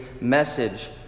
message